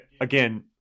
again